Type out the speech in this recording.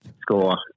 score